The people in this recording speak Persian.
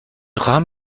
خواهم